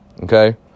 Okay